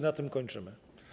Na tym kończymy.